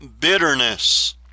bitterness